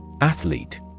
Athlete